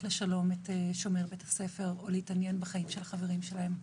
לשלום את שומר בית הספר או להתעניין בחיים של החברים שלהם.